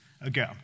ago